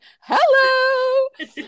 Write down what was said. hello